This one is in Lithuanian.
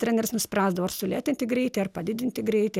treneris nuspręsdavo ar sulėtinti greitį ar padidinti greitį